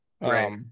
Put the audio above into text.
Right